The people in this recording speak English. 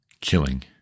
killing